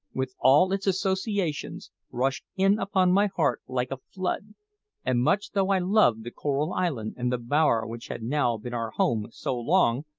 with all its associations, rushed in upon my heart like a flood and much though i loved the coral island and the bower which had now been our home so long,